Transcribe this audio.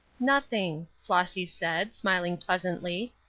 nothing, flossy said, smiling pleasantly.